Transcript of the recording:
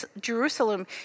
Jerusalem